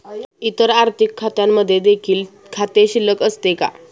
इतर आर्थिक खात्यांमध्ये देखील खाते शिल्लक असते का?